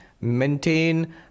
Maintain